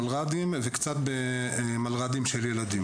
במלר"דים ובמלר"דים של ילדים.